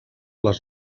les